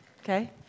okay